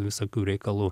visokių reikalų